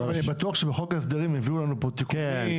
אבל אני בטוח שבחוק ההסדרים יביאו לנו פה תיקונים וכל מיני דברים.